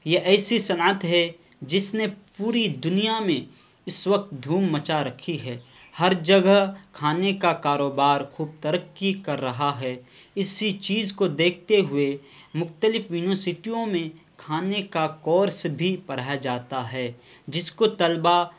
یہ ایسی صنعت ہے جس نے پوری دنیا میں اس وقت دھوم مچا رکھی ہے ہر جگہ کھانے کا کاروبار خوب ترقی کر رہا ہے اسی چیز کو دیکھتے ہوئے مختلف یونوسٹیوں میں کھانے کا کورس بھی پڑھایا جاتا ہے جس کو طلبہ